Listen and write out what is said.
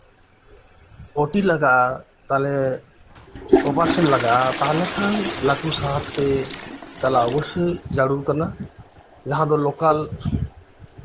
OT ᱞᱟᱜᱟᱜᱼᱟ operation ᱞᱟᱜᱟᱜᱼᱟ ᱛᱟᱞᱦᱮ ᱠᱷᱟᱱ ᱞᱟᱹᱴᱩ ᱥᱟᱦᱟᱨ ᱛᱮ ᱪᱟᱞᱟᱜ ᱚᱵᱚᱥᱥᱳᱭ ᱡᱟᱹᱨᱩᱲ ᱠᱟᱱᱟ ᱡᱟᱦᱟᱸ ᱫᱚ ᱞᱳᱠᱟᱞ